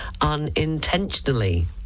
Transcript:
unintentionally